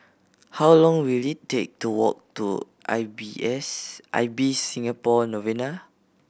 how long will it take to walk to I B S I B Singapore Novena